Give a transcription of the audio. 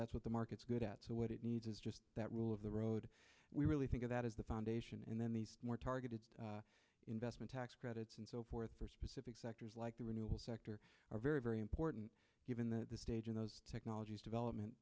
that's what the markets good at so what it needs is just that rule of the road we really think that is the foundation and then these more targeted investment tax credits and so forth for specific sectors like the renewable sector are very very important given that the stage in those technologies development